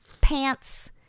pants